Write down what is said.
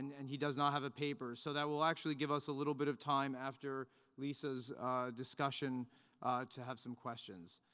and he does not have a paper, so that will actually give us a little bit of time after lisa's discussion to have some questions.